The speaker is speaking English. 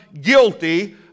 guilty